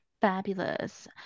Fabulous